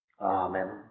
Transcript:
Amen